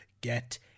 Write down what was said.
get